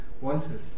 wanted